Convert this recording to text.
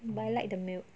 but I like the milk